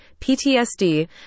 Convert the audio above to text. PTSD